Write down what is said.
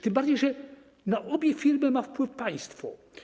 Tym bardziej, że na obie firmy ma wpływ państwo.